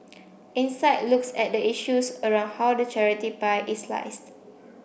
insight looks at the issues around how the charity pie is sliced